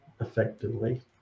effectively